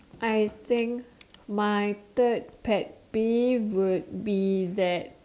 I think my third pet peeve would be that